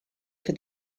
for